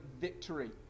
victory